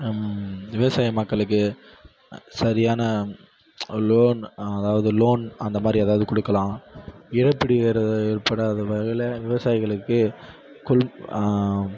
விவசாய மக்களுக்கு சரியான லோன் அதாவது லோன் அந்தமாதிரி ஏதாவுது கொடுக்கலாம் இழப்பீடு வேறு ஏற்படாத வகையில விவசாயிகளுக்கு கொள்